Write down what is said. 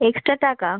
extra টাকা